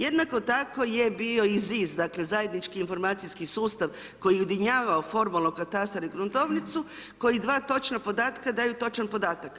Jednako tako je bio i ZIS, dakle, Zajednički informacijski sustav, koje je ujedinjavao formalno katastar i gruntovnicu, koji 2 točna podatka, daju točan podatak.